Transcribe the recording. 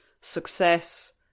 success